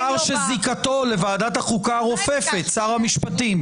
השר שזיקתו לוועדת החוקה רופפת, שר המשפטים.